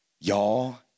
Y'all